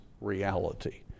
reality